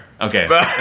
Okay